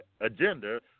agenda